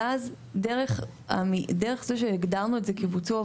ואז דרך, דרך זה שהגדרנו את זה כ-בוצעו עבודות,